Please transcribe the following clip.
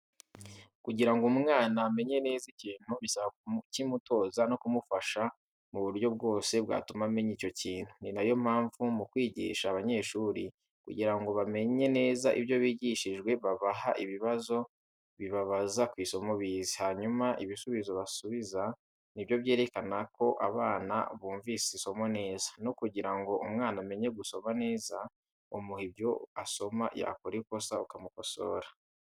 Kugira ngo umwana amenye neza ikintu bisaba kukimutoza no kumufasha mu buryo bwose bwatuma amenya icyo kintu. Ni nayo mpamvu mu kwigisha abanyeshuri kugira ngo bamenye neza ibyo bigishijwe babaha ibibazo bibabaza ku isomo bize, hanyuma ibisubizo basubiza nibyo byerekanako abana bumvise isomo neza. No kugira ngo umwana amenye gusoma neza umuha ibyo asoma yakora ikosa ukamukosora.